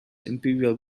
imperial